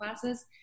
classes